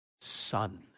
son